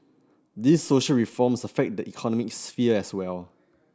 these social reforms affect the economic sphere as well